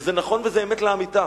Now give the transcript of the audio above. שזה נכון וזה אמת לאמיתה,